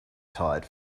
tired